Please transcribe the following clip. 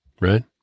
right